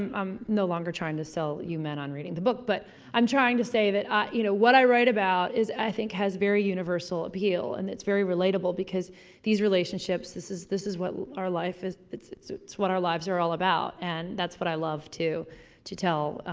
i'm no longer trying to sell you men on reading the book but i'm trying to say that i, you know what i write about is i think has very universal appeal and it's very relatable because these relationships, this is is what our life is, it's it's what our lives are all about and that's what i love to to tell,